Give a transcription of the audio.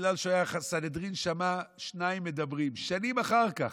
בגלל שהסנהדרין שמע שניים מדברים, שנים אחר כך,